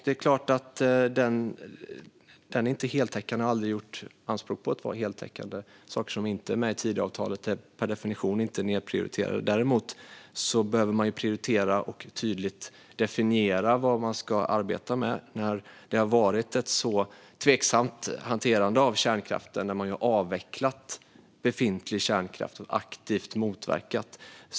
Det är inte heltäckande och har aldrig gjort anspråk på att vara heltäckande. Saker som inte är med i Tidöavtalet är per definition inte nedprioriterade. Däremot behöver man prioritera och tydligt definiera vad man ska arbeta med. Det har varit ett tveksamt hanterande av kärnkraften. Man har avvecklat befintlig kärnkraft och aktivt motverkat den.